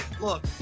Look